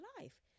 life